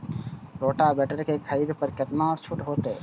Rotavator के खरीद पर केतना छूट होते?